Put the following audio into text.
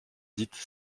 dites